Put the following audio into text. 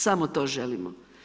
Samo to želimo.